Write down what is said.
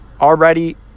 already